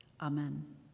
Amen